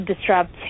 disrupt